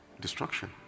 destruction